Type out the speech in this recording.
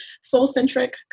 soul-centric